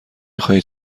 خواهید